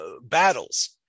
battles